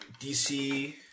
DC